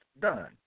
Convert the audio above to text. done